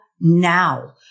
now